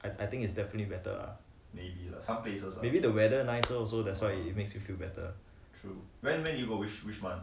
I I think it's definitely better ah maybe the weather nicer also that's why it makes you feel better